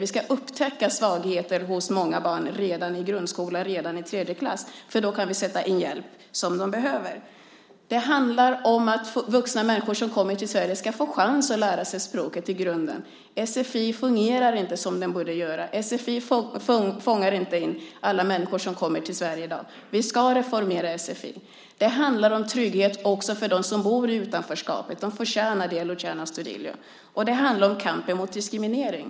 Vi ska upptäcka svagheter hos barn redan i grundskolan, redan i tredje klass. Då kan vi sätta in den hjälp som de behöver. Vuxna människor som kommer till Sverige ska få chans att lära sig språket från grunden. Sfi fungerar inte som det borde. Sfi fångar inte in alla människor som kommer till Sverige i dag. Vi ska reformera sfi. Det handlar om trygghet också för dem som bor i utanförskapet. De förtjänar det, Luciano Astudillo. Det handlar om kampen mot diskriminering.